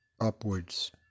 upwards